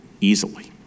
easily